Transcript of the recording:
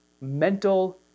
Mental